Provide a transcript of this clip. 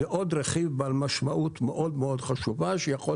זה עוד רכיב בעל משמעות מאוד-מאוד חשובה שיכול